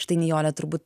štai nijolė turbūt